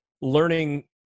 learning